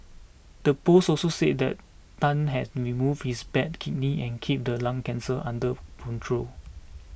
the post also said that Tan had removed his bad kidney and keep the lung cancer under control